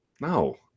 No